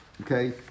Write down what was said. okay